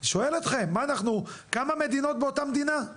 שואל אותכם, מה, אנחנו כמה מדינות באותה מדינה?